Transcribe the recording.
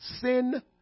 Sin